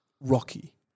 Rocky